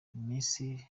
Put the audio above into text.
misi